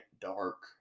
dark